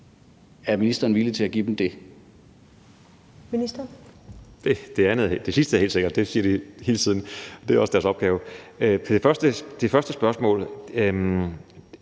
Sundhedsministeren (Magnus Heunicke): Det sidste er helt sikkert, det siger de hele tiden, det er også deres opgave. Til det første spørgsmål: